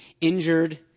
injured